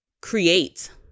create